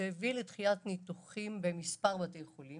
שהביא לדחיית ניתוחים בכמה בתי חולים